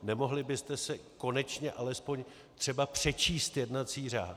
Nemohli byste si konečně aspoň třeba přečíst jednací řád?